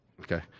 Okay